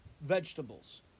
vegetables